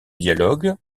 dialogue